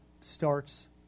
starts